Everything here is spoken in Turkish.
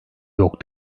yok